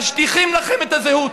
משטיחים לכם את הזהות.